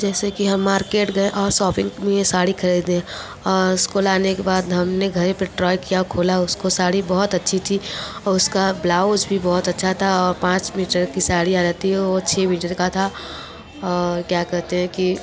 जैसे कि हम मार्केट गए और सॉपिंग किए साड़ी ख़रीदे उसको लाने के बाद हम ने घर पर ट्राय किया खोला उसको साड़ी बहुत अच्छी थी और उसका ब्लाउज़ भी बहुत अच्छा था पाँच मीटर की साड़ी आ जाती है वो छः मीटर का था क्या कहते हैं कि